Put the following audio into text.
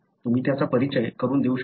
तुम्ही त्याचा परिचय करून देऊ शकता